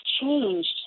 changed